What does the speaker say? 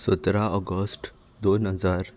सतरा ऑगस्ट दोन हजार